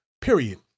Period